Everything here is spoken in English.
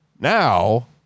now